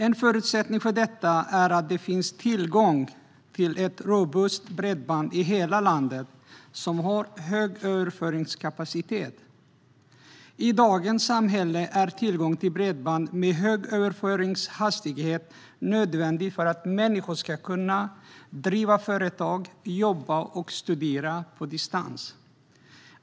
En förutsättning för detta är att det finns tillgång till ett robust bredband med hög överföringskapacitet i hela landet. I dagens samhälle är tillgång till bredband med hög överföringshastighet nödvändig för att människor ska kunna driva företag, jobba och studera på distans.